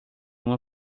uma